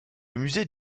musée